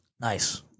Nice